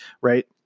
Right